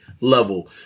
level